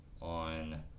on